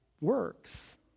works